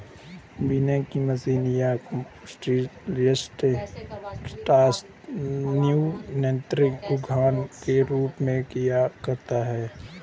बोने की मशीन ये कॉम्पैक्ट प्लांटर पॉट्स न्यूनतर उद्यान के रूप में कार्य करते है